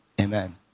Amen